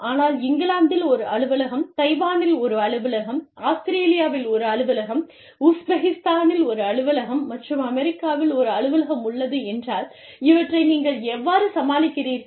ஆனால் இங்கிலாந்தில் ஒரு அலுவலகம் தைவானில் ஒரு அலுவலகம் ஆஸ்திரேலியாவில் ஒரு அலுவலகம் உஸ்பெகிஸ்தானில் ஒரு அலுவலகம் மற்றும் அமெரிக்காவில் ஒரு அலுவலகம் உள்ளது என்றால் இவற்றை நீங்கள் எவ்வாறு சமாளிக்கிறீர்கள்